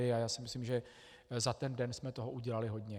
A já si myslím, že za ten den jsme toho udělali hodně.